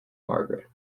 margaret